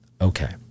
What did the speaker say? Okay